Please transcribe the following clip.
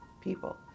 people